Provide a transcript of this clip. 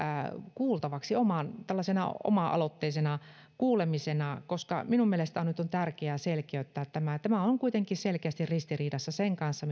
kuultavaksi tällaisena oma aloitteisena kuulemisena koska minun mielestäni nyt on tärkeää selkeyttää tämä tämä on kuitenkin selkeästi ristiriidassa sen kanssa